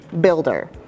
builder